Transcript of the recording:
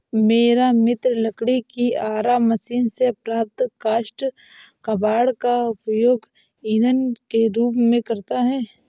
मेरा मित्र लकड़ी की आरा मशीन से प्राप्त काष्ठ कबाड़ का उपयोग ईंधन के रूप में करता है